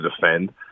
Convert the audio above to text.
defend